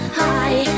high